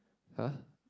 !huh!